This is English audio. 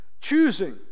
Choosing